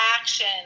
action